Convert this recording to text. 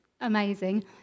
amazing